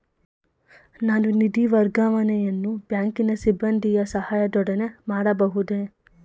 ನಾನು ನಿಧಿ ವರ್ಗಾವಣೆಯನ್ನು ಬ್ಯಾಂಕಿನ ಸಿಬ್ಬಂದಿಯ ಸಹಾಯದೊಡನೆ ಮಾಡಬಹುದೇ?